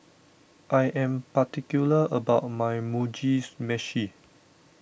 I am particular about my Mugi Meshi